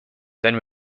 then